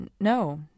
No